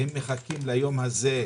הם מחכים ליום הזה,